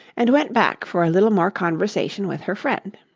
and went back for a little more conversation with her friend.